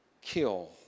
kill